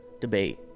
debate